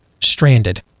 stranded